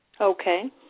Okay